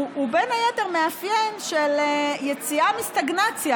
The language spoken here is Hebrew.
הוא בין היתר מאפיין של יציאה מסטגנציה.